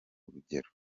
urugero